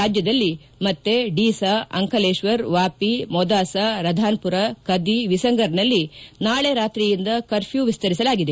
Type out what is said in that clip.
ರಾಜ್ಯದಲ್ಲಿ ಮತ್ತೆ ಡೀಸಾ ಅಂಕಲೇಶ್ವರ್ ವಾಪಿ ಮೊದಾಸ ರಧಾನ್ಮರ ಕದಿ ವಿಸಂಗರ್ನಲ್ಲಿ ನಾಳೆ ರಾತ್ರಿಯಿಂದ ಕರ್ಝ್ಯೂ ವಿಸ್ತರಿಸಲಗಿದೆ